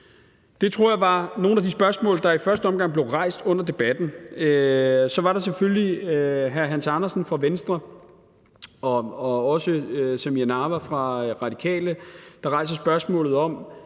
Det tror jeg var nogle af de spørgsmål, der i første omgang blev rejst under debatten. Så var der selvfølgelig hr. Hans Andersen fra Venstre og også fru Samira Nawa fra Radikale, der rejste spørgsmålet om,